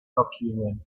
document